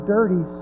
dirty